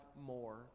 more